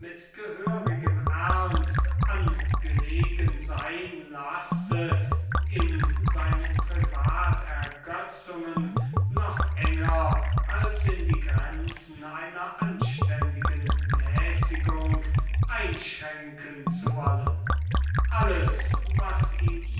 gehörigem ernst angelegen sein lasse in seinen privat ergötzungen über die grenzen einer anständigen mäßigung einschränken zu wollen alles was ihm